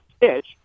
pitch